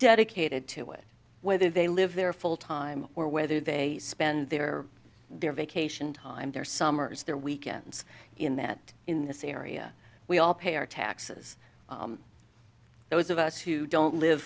dedicated to it whether they live there full time or whether they spend their their vacation time their summers their weekends in that in this area we all pay our taxes those of us who don't live